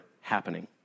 happening